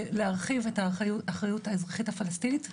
להרחיב את האחריות האזרחית הפלסטינית,